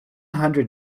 hundred